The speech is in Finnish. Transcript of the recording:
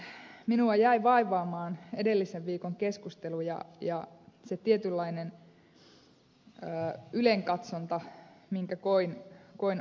jotenkin minua jäi vaivaamaan edellisen viikon keskustelu ja se tietynlainen ylenkatsonta minkä koin osaksemme tulleen ed